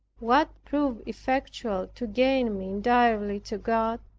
what proved effectual to gain me entirely to god,